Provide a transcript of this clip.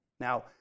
Now